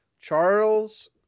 Charles